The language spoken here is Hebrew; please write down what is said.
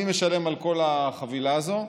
מי משלם על כל החבילה הזאת?